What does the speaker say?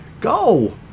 go